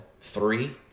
three